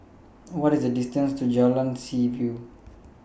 What IS The distance to Jalan Seaview